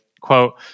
quote